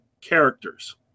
characters